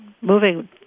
moving